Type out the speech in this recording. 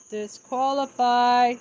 Disqualify